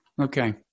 Okay